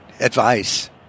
advice